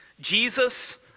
Jesus